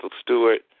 Stewart